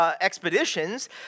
expeditions